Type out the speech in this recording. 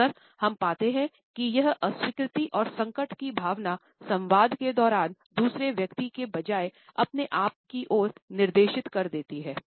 अक्सर हम पाते हैं कि यह अस्वीकृति और संकट की भावना संवाद के दौरान दूसरे व्यक्ति के बजाये अपने आप की ओर निर्देशित कर देती हैं